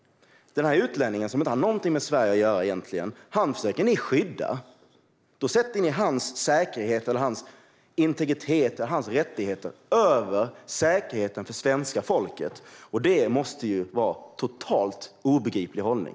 Denna utlänning, som inte har något med Sverige att göra, försöker ni skydda. Då sätter ni hans säkerhet, integritet och rättigheter över säkerheten för svenska folket. Det måste vara en totalt obegriplig hållning.